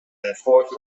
forced